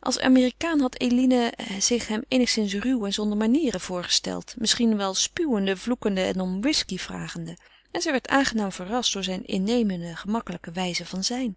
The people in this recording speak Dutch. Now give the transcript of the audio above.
als amerikaan had eline zich hem eenigszins ruw en zonder manieren voorgesteld misschien wel spuwende vloekende en om whisky vragende en zij werd aangenaam verrast door zijne innemende gemakkelijke wijze van zijn